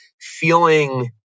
feeling